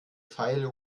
feile